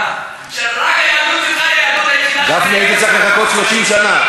גפני, היית צריך לחכות 30 שנה.